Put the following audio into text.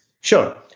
Sure